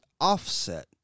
offset